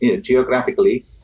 geographically